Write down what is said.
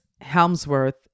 Helmsworth